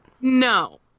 No